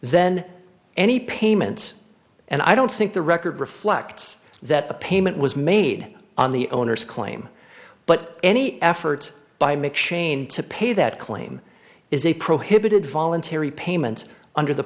then any payment and i don't think the record reflects that the payment was made on the owner's claim but any effort by make change to pay that claim is a prohibited voluntary payment under the